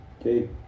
Okay